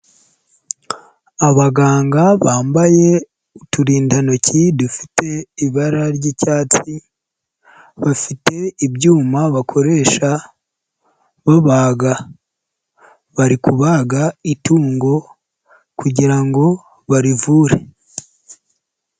Abaganga bambaye uturindantoki dufite ibara ry'icyatsi, bafite ibyuma bakoresha babaga, bari kubaga itungo kugira ngo barivure.